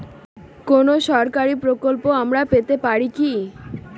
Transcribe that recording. কোন সরকারি প্রকল্প আমরা পেতে পারি কি?